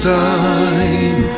time